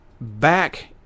back